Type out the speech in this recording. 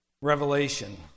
Revelation